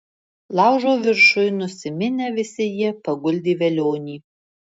laužo viršuj nusiminę visi jie paguldė velionį